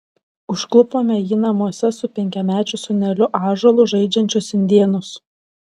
užklupome jį namuose su penkiamečiu sūneliu ąžuolu žaidžiančius indėnus